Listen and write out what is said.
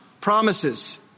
promises